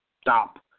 stop